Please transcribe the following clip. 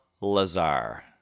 Lazar